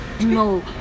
No